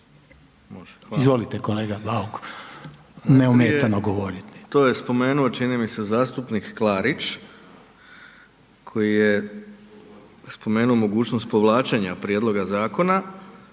Izvolite, kolega Bauk neometano govoriti./… Prije to je spomenuo čini mi se zastupnik Klarić, koji je spomenuo mogućnost povlačenja prijedloga zakona